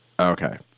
Okay